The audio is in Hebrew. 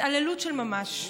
התעללות של ממש.